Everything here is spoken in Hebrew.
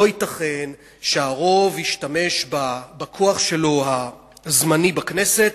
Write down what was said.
לא ייתכן שהרוב ישתמש בכוח שלו הזמני בכנסת